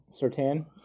Sertan